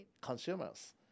consumers